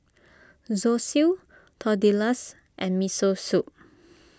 Zosui Tortillas and Miso Soup